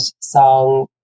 song